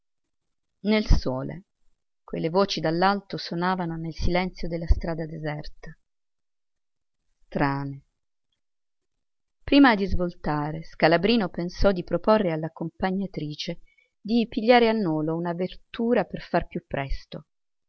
nel sole quelle voci dall'alto sonavano nel silenzio della strada deserta strane prima di svoltare scalabrino pensò di proporre all'accompagnatrice di pigliare a nolo una vettura per far più presto